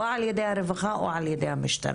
או על ידי הרווחה או על ידי המשטרה.